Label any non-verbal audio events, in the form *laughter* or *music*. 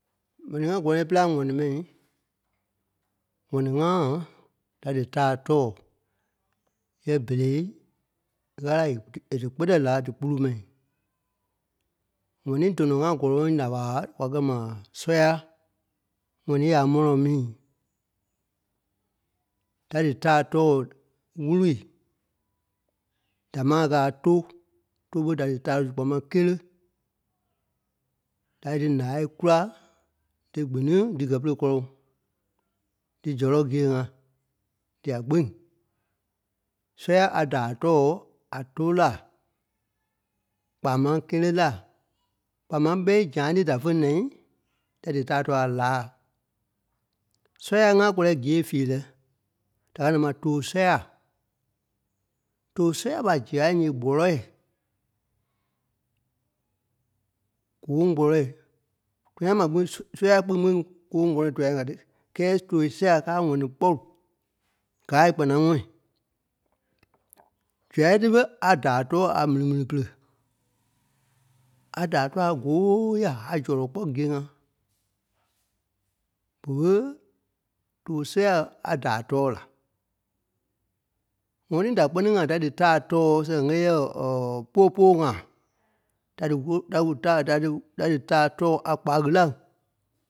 M̀ɛnii ŋá gɔ́lɔŋ é pîlaŋ ŋɔni mai, ŋɔni-ŋa da dítaa tɔ̂ɔ yɛ̂ɛ berei Ɣâla è dípkɛtɛ la dípulu mai. ŋɔnii dɔnɔ ŋá gɔ́lɔŋ nya ɓa kwa kɛ̂ ma sɔ́ya, ŋɔnii a mɔlɔŋ mîi. Da dítaa tɔ̂ɔ wûrii. Damaa a kɛ̂ a tóu. Tóu ɓe da dítaa kpɔ ma kéle. Da li dí ǹaai kúla dígbiniŋ, dí gɛ́ pere kɔ́lɔŋ. Dí zɔ́lɔ gîe ŋá dia kpîŋ. Sɔ́ya a daa tɔ̂ɔ a tóu-laa kpaa máŋ kéle-laa, kpaa máŋ ɓɛ́i zãai ti da fé naai, da dítaa tɔ̂ɔ a láa. Sɔ́ya ŋaa kɔlɛɛi gêi feerɛ. Da kɛ̀ da ma too-sɔya. Too-sɔya ɓa sɔya nyii gbɔlɔɔi, gɔɔ̂ŋ gbɔlɔɔi. Tɔ̃ya ma kpîŋ s-sɔ́ya kpíŋ-kpíŋ kɔɔŋ kpɔlɔɔi tɔ̃yâ ka tí. Kɛ́ɛ too-sɔya káa ŋɔni kpɔ̂lu. Gâai kpanaŋɔɔi. Sɔyai tí a daa tɔ̂ɔ a mili-mili-pere. *noise* A daa tɔ̂ɔ a góoya a zɔlɔ kpɔ́ gîe ŋá. Bere too-sɔ̂ya a daa tɔ̂ɔ la. ŋɔni da kpɛ́ni-ŋa da dítaa tɔ̂ɔ sɛŋ kɛɛ yɛɛ ɛɛ popô-ŋa. Da díwóo- díwu- taa da di- dítaa tɔ̂ɔ a kpaɣilaŋ.